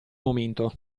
momento